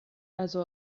also